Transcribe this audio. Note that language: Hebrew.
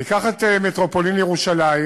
ניקח את מטרופולין ירושלים,